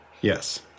Yes